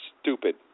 stupid